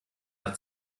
nach